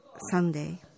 Sunday